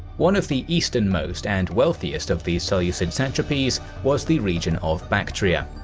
one of the easternmost and wealthiest of these seleucid satrapies was the region of bactria.